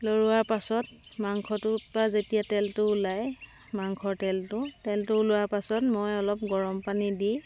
লৰোৱাৰ পাছত মাংসটোৰপৰা যেতিয়া তেলটো ওলায় মাংসৰ তেলটো তেলটো ওলোৱাৰ পাছত মই অলপ গৰম পানী দি